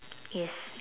yes